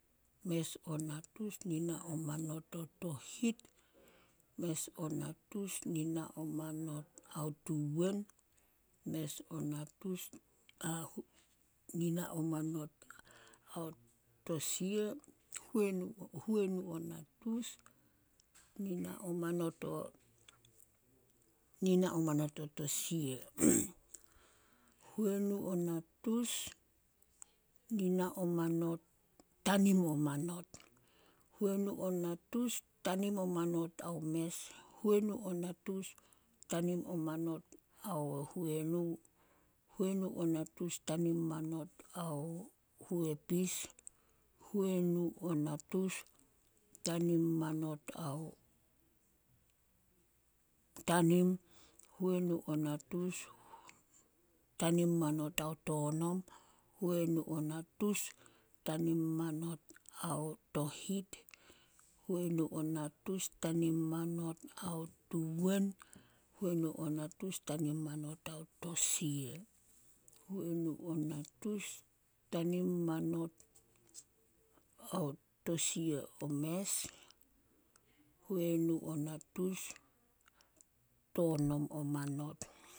﻿Mes o natus nina o manot ao tohit, mes o natus nina o manot ao tuwen, mes o natus nina o manot ao tosia, huenu- huenu o natus nina o nina o manot o tosia, huenu o natus tanim o manot, huenu o natus tanim o manot ao mes, huenu o natus tanim o manot ao huenu, huenu o natus tanim o manot ao huepis, huenu o natus tanim o manot ao tanim, huenu o natus tanim o manot ao tonom, huenu o natus tanim ao manot ao tohit, huenu o natus tanim o manot ao tuwen, huenu o natus tanim o manot ao tosia, huenu o natus tanim o manot ao tosia, huenu o natus tonom a manot.